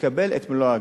יקבל את מלוא ההגנה,